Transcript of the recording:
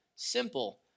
simple